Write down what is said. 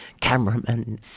cameramen